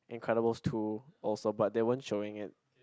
incredibles two also but they weren't showing it